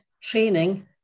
training